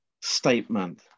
statement